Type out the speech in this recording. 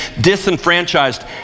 disenfranchised